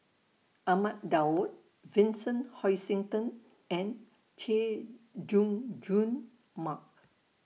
Ahmad Daud Vincent Hoisington and Chay Jung Jun Mark